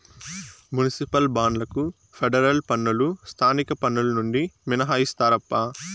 municipal బాండ్లకు federal పన్నులు స్థానిక పన్నులు నుండి మినహాయిస్తారప్పా